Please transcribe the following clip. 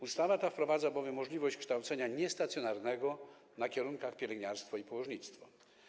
Ustawa ta wprowadza bowiem możliwość kształcenia niestacjonarnego na kierunkach: pielęgniarstwo i położnictwo.